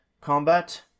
combat